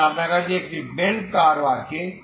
সুতরাং আপনার কাছে একটি বেল কার্ভ আছে